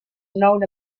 known